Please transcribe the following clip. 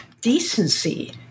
decency